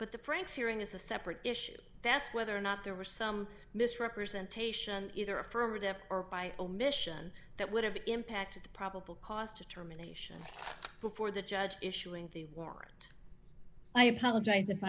franks hearing is a separate issue that's whether or not there were some misrepresentation either affirmative or by omission that would have impacted the probable cause determination before the judge issuing the warrant i apologize if